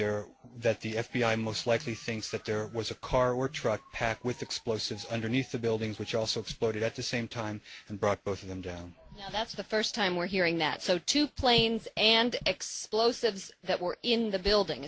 there that the f b i most likely thinks that there was a car or truck packed with explosives underneath the buildings which also exploded at the same time and brought both of them down that's the first time we're hearing that so two planes and explosives that were in the building